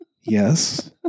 Yes